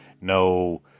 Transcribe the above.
no